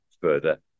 further